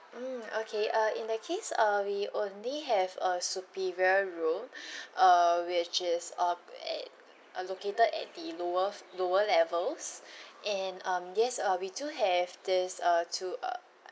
mm okay uh in that case uh we only have a superior room uh which is uh at uh located at the lower lower levels and um yes uh we do have this uh two uh